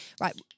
Right